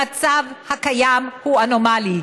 המצב הקיים הוא אנומלי.